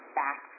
back